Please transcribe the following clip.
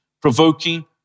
provoking